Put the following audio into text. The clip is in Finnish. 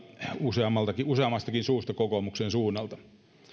useammastakin useammastakin suusta kokoomuksen suunnalta